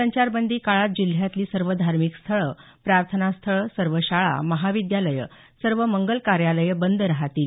संचारबंदी काळात जिल्ह्यातली सर्व धार्मिकस्थळं प्रार्थनास्थळं सर्व शाळा महाविद्यालयं सर्व मंगल कार्यालयं बंद राहतील